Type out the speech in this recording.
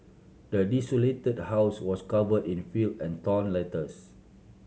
the desolated house was covered in filth and torn letters